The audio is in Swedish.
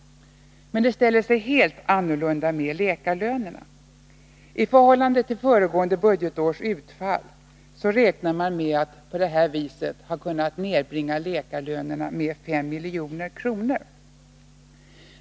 Annorlunda ställer det sig dock med läkarlönerna. I förhållande till föregående budgetårs utfall räknar man med att kunna nedbringa läkarlönerna med 5 milj.kr.